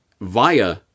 via